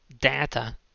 data